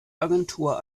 agentur